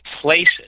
places